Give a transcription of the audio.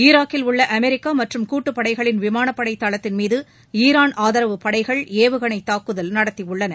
ஈராக்கில் உள்ள அமெரிக்கா மற்றும் கூட்டுப்படைகளின் விமானப்படை தளத்தின் மீது ஈரான் ஆதரவு படைகள் ஏவுகணை தாக்குதல் நடத்தியுள்ளன